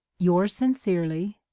yours sincerely.